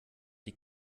die